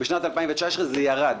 בשנת 2019 זה ירד.